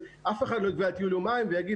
אף אחד לא יגבה על טיול של יומיים ויגיד